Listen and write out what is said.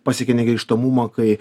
pasiekė negrįžtamumą kai